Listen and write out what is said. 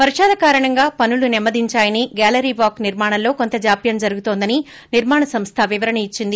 వర్షాల కారణంగా పనులు నెమ్మ దించాయని గేలరీ వాక్ నిర్మాణంలో కొంత జాప్యం జరుగుతోందని నిర్మాణ సంస్ల వివరణ ఇచ్చింది